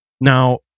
now